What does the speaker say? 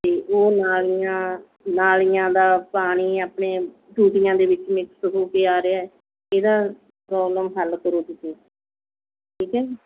ਅਤੇ ਉਹ ਨਾਲੀਆਂ ਨਾਲੀਆਂ ਦਾ ਪਾਣੀ ਆਪਣੇ ਟੂਟੀਆਂ ਦੇ ਵਿੱਚ ਮਿਕਸ ਹੋ ਕੇ ਆ ਰਿਹਾ ਹੈ ਇਹਦਾ ਪ੍ਰੋਬਲਮ ਹੱਲ ਕਰੋ ਤੁਸੀਂ ਠੀਕ ਹੈ ਜੀ